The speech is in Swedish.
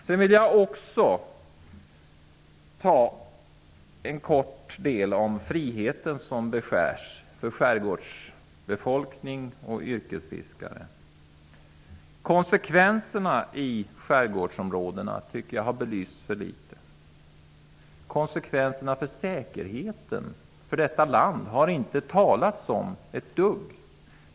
Sedan vill jag säga något om den frihet som beskärs för skärgårdsbefolkning och yrkesfiskare. Konsekvenserna i skärgårdsområdena har inte belysts tillräckligt. Konsekvenserna för säkerheten för detta land har inte nämnts ett dugg.